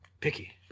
picky